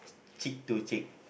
cheek to cheek